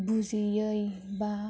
बुजियै बा